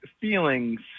feelings –